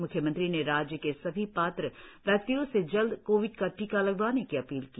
मुख्यमंत्री ने राज्य के सभी पात्र व्यक्तियो से जल्द कोविड का टीका लगवाने की अपील की